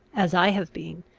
as i have been,